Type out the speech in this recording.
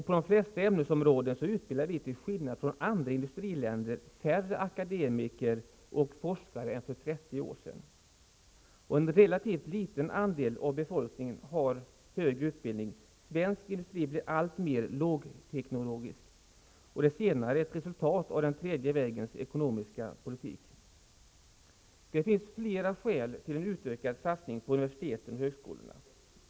På de flesta ämnesområden utbildar vi till skillnad från andra industriländer färre akademiker och forskare än för 30 år sedan. En relativt liten andel av befolkningen har högre utbildning. Svensk industri blir alltmer lågteknologisk, ett resultat av den tredje vägens ekonomiska politik. Det finns flera skäl till en utökad satsning på universiteten och högskolorna.